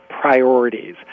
priorities